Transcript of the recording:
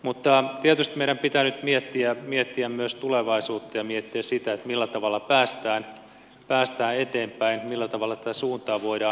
mutta tietysti meidän pitää nyt miettiä myös tulevaisuutta ja miettiä sitä millä tavalla päästään eteenpäin millä tavalla tätä suuntaa voidaan muuttaa